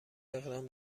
اقدام